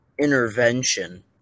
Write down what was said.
intervention